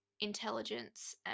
intelligence